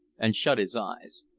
and shut his eyes.